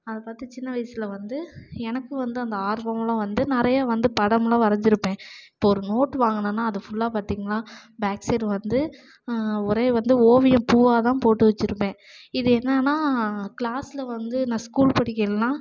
அதை பார்த்து சின்ன வயதில் வந்து எனக்கு வந்து அந்த ஆர்வல்லாம் வந்து நிறையா வந்து படம்லாம் வரைஞ்சிருப்பேன் இப்போ ஒரு நோட் வாங்குனேன்னா அது ஃபுல்லாக பாத்திங்கனா பேக் சைட் வந்து ஒரே வந்து ஓவியம் பூவாகதான் போட்டு வச்சுருப்பேன் இது என்னான்னால் கிளாஸில் வந்து நான் ஸ்கூல் படிக்கிறேனா